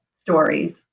stories